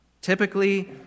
Typically